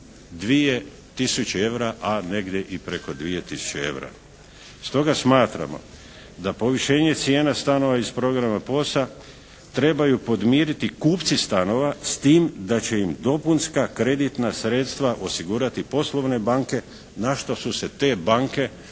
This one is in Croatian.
tisuće evra a negdje i preko 2 tisuće evra. Stoga smatramo da povišenje cijena stanova iz programa POS-a trebaju podmiriti kupci stanova, s time da će im dopunska kreditna sredstva osigurati poslovne banke, na što su se te banke u